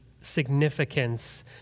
significance